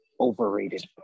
overrated